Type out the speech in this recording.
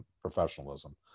professionalism